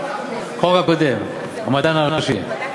החוק הקודם, המדען הראשי.